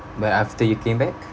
but after you came back